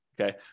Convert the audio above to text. Okay